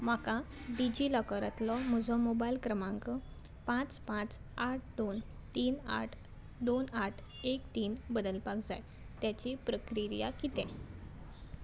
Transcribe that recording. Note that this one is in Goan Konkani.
म्हाका डिजिलॉकरांतलो म्हजो मोबायल क्रमांक पांच पांच आठ दोन तीन आठ दोन आठ एक तीन बदलपाक जाय तेची प्रक्रिया कितें